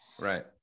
Right